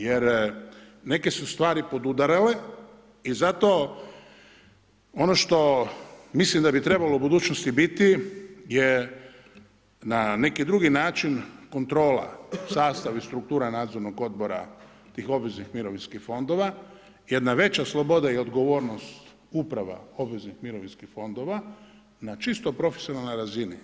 Jer, neke su stvari podudarale i zato ono što mislim da bi trebalo u budućnosti biti je na neki drugi način kontrola, sastav i struktura nadzornog odbora tih obveznih mirovinskih fondova, jedna veća sloboda i odgovornost uprava obveznih mirovinskih fondova na čisto profesionalnoj razini.